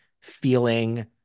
feeling